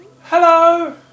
hello